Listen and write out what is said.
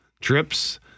trips